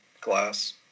glass